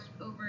over